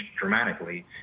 dramatically